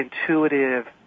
intuitive